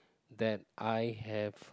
that I have